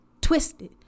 twisted